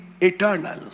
eternal